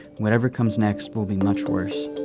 whatever comes next will be much worse.